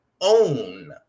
own